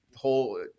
whole